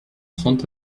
trente